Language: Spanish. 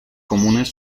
comunes